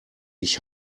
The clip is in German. ich